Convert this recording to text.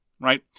right